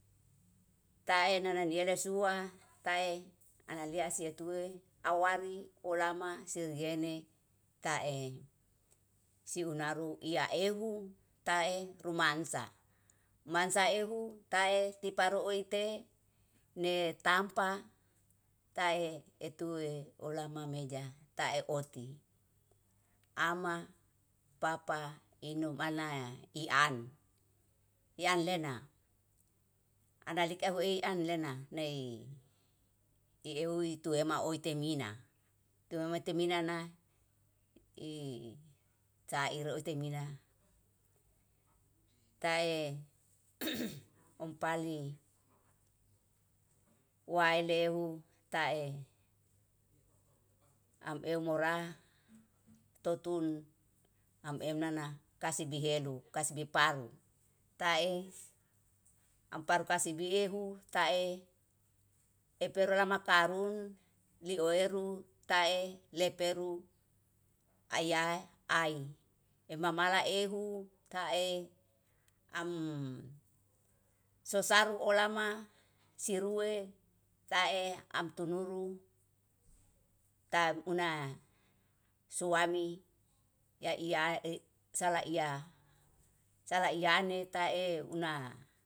Tae nana nielesua tae analia situe awari olama siene tae, siunaru iya ehu tae rumansa rumansa ehu tae tiparoite ne tampa tae etue olama meja. Tae oti ama, papa, inu mana ian ian lena analika huei an lena nei ieuwi tuema otimina, tue metemina na i saire oitemina tae ompali waelehu tae amemora totun ameunana kasibi helu, kasbi paru. Tae amparu kasbie hu tae epero makarun lioeru tae leperu aiya ai emamala ehu tae am susaru olama sirue tae amtunuru tam una suami yaiyae salah iya salah iyane tae una.